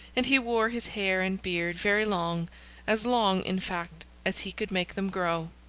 and he wore his hair and beard very long as long, in fact, as he could make them grow.